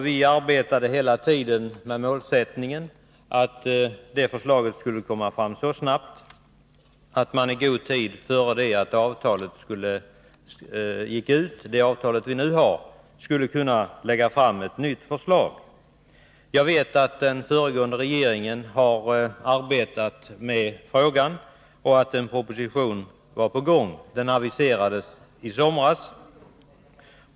Vi arbetade hela tiden med målsättningen att Nr 12 förslaget skulle bli färdigt så snabbt att regeringen i god tid innan det nu Tisdagen den gällande avtalet gick ut skulle kunna lägga fram ett nytt förslag. 19 oktober 1982 Jag vet att den föregående regeringen har arbetat med frågan och att en proposition var på gång — den aviserades i somras.